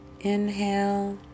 Inhale